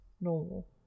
normal